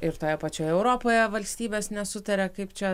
ir toje pačioje europoje valstybės nesutaria kaip čia